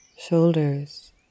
shoulders